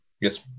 yes